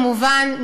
כמובן,